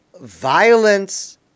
violence